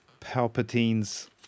Palpatine's